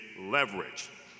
Leverage